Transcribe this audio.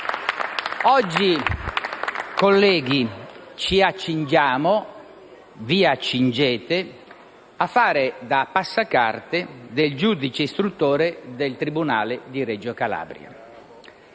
Oggi, colleghi, vi accingete a fare da passacarte del giudice istruttore del tribunale di Reggio Calabria.